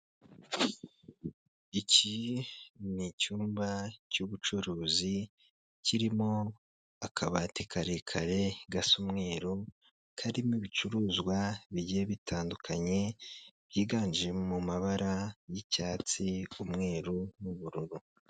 Iki ni icyumba cy'ubucuruzi, kirimo akabati karekare gasa umweru, karimo ibicuruzwa bigiye bitandukanye, byiganje mu mabara y'icyatsi, umweru n'ubururu.